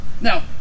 Now